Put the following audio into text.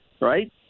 right